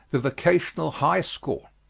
the vocational high school.